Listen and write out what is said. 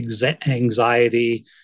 anxiety